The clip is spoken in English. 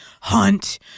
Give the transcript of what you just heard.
Hunt